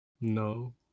No